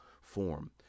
form